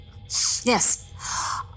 Yes